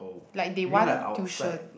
like they want tuition